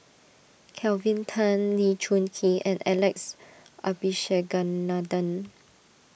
Kelvin Tan Lee Choon Kee and Alex Abisheganaden